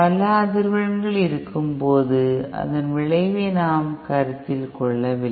பல அதிர்வெண்கள் இருக்கும் பொழுது அதன் விளைவை நாம் கருத்தில் கொள்ளவில்லை